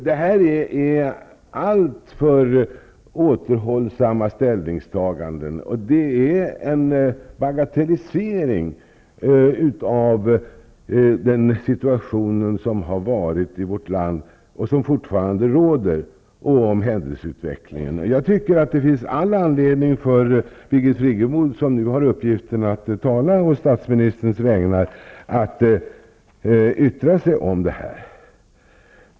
Detta är alltför återhållsamma ställningstaganden och innebär en bagatellisering av den situation som varit i vårt land och som fortfarande råder och av händelseutvecklingen. Jag tycker det finns all anledning för Birgit Friggebo, som nu har uppgiften att tala på statsministerns vägnar, att yttra sig om detta.